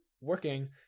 working